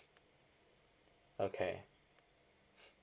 okay